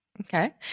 Okay